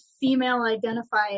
female-identified